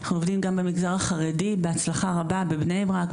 אנחנו עובדים גם במגזר החרדי בהצלה רבה בבני ברק,